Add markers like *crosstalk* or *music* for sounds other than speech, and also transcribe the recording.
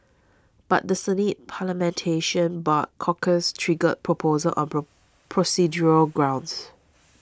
but the Senate *unintelligible* barred Corker's trigger proposal on pro procedural grounds